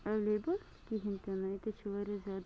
available کِہیٖنۍ تہِ نہٕ ییٚتہِ حظ چھُ واریاہ زیادٕ